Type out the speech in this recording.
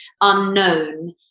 unknown